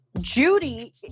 Judy